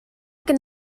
que